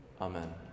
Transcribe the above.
Amen